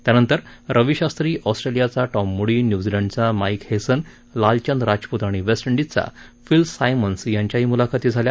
त्यानंतर रवी शास्त्री ऑस्ट्रेलियाचा Tom Moody न्युझीलंडचा माईक हेसन लालचंद राजपुत आणि वेस्ट इंडिजचा फिल सायमन्स यांच्याही मुलाखती झाल्या